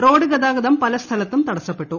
road ഗതാഗതം പല സ്ഥലത്തും തടസ്സപ്പെട്ടു